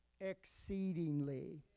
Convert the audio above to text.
exceedingly